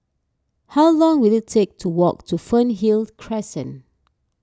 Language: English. how long will it take to walk to Fernhill Crescent